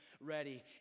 ready